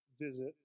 visit